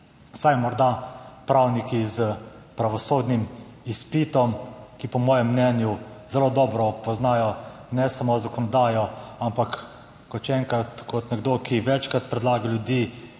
pa morda vsaj pravniki s pravosodnim izpitom, ki po mojem mnenju zelo dobro poznajo samo zakonodajo. Še enkrat, kot nekdo, ki večkrat predlaga ljudi,